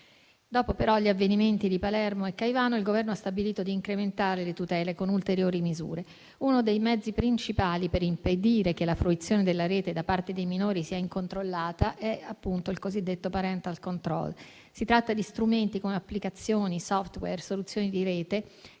Dopo però gli avvenimenti di Palermo e Caivano, il Governo ha stabilito di incrementare le tutele con ulteriori misure. Uno dei mezzi principali per impedire che la fruizione della rete da parte dei minori sia incontrollata è appunto il cosiddetto *parental control*. Si tratta di strumenti come applicazioni, *software* e soluzioni di rete